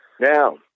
Now